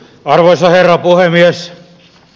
arvoisa herra puhemies